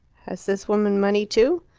has this woman money too?